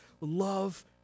love